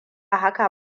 haka